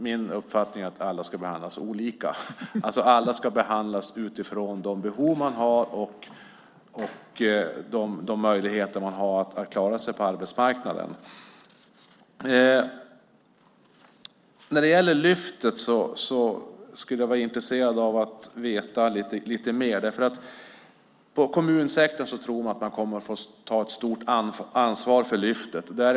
Min uppfattning är att alla ska behandlas olika, att alla ska behandlas utifrån de behov och möjligheter man har när det gäller att klara sig på arbetsmarknaden. Jag är intresserad av att få veta lite mer om Lyftet. Inom kommunsektorn tror man att man kommer att få ta ett stort ansvar för Lyftet.